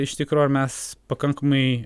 iš tikro ar mes pakankamai